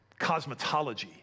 cosmetology